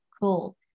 cool